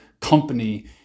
company